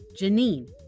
Janine